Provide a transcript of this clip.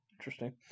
interesting